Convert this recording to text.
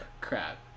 Crap